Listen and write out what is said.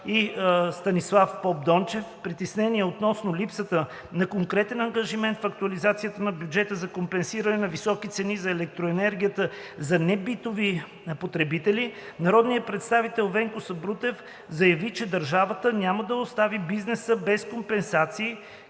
и Станислав Попдончев (БСК) притеснения относно липсата на конкретен ангажимент в актуализацията на бюджета за компенсиране на високите цени на електроенергията за небитовите потребители народният представител Венко Сабрутев заяви, че държавата няма да остави бизнеса без компенсации,